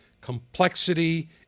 complexity